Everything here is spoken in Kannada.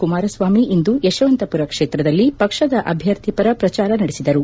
ಕುಮಾರಸ್ವಾಮಿ ಇಂದು ಯಶವಂತಪುರ ಕ್ಷೇತ್ರದಲ್ಲಿ ಪಕ್ಷದ ಅಭ್ಯರ್ಥಿ ಪರ ಪ್ರಚಾರ ನಡೆಸಿದರು